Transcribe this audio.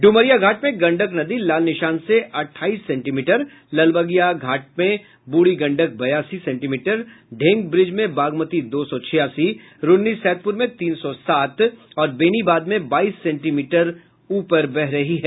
ड्मरिया घाट में गंडक नदी लाल निशान से अठाईस सेंटीमीटर ललबगिया घाट में बूढ़ी गंडक बयासी ढेंग ब्रिज में बागमती दो सौ छियासी रुन्नीसैदपुर में तीन सौ सात और बेनीबाद में बाईस सेंटीमीटर ऊपर है